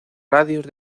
radios